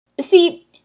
See